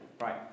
right